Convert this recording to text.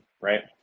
right